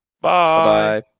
bye